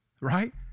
right